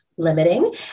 limiting